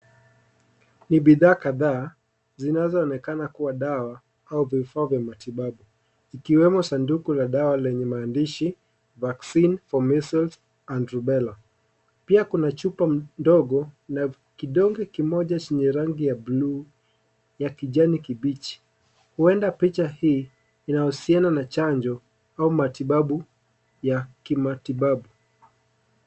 Ni bidhaa kadhaa zinazoonekana kuwa dawa au vifaa vya matibabu ikiwemo sanduku la dawa lenye maandishi (CS)vaccine for measles and rubella(CS )pia kuna chupa ndogo la kidonge kimoja chenye rangi ya bluu ya kijani kibichi huenda picha hii inahusiano na chanjo au matibabu ya kimatibabu.